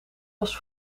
was